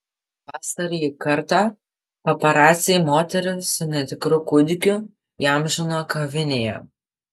pastarąjį kartą paparaciai moterį su netikru kūdikiu įamžino kavinėje